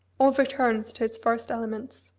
all returns to its first elements.